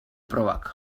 probak